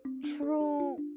true